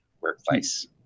workplace